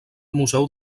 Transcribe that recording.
museu